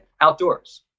Outdoors